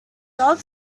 dog